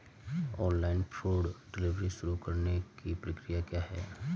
Online food delivery शुरू करने की प्रक्रिया क्या है?